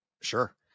Sure